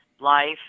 life